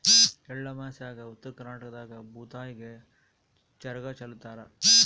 ಎಳ್ಳಮಾಸ್ಯಾಗ ಉತ್ತರ ಕರ್ನಾಟಕದಾಗ ಭೂತಾಯಿಗೆ ಚರಗ ಚೆಲ್ಲುತಾರ